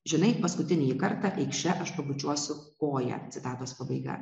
žinai paskutinįjį kartą eikš čia aš pabučiuosiu koją citatos pabaiga